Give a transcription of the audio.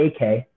AK